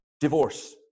divorce